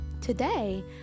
today